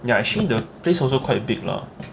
ya actually the place also quite big lah